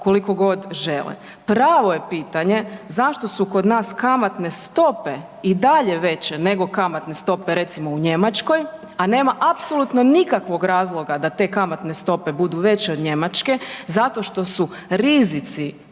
koliko god žele. Pravo je pitanje zašto su kod nas kamatne stope i dalje veće nego kamatne stope recimo u Njemačkoj, a nema apsolutno nikakvog razloga da te kamatne stope budu veće od Njemačke zato što su rizici